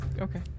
okay